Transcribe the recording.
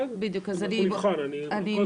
בסדר אנחנו נבחן, אנחנו כל הזמן אמרנו שנבחן.